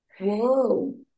Whoa